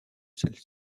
celle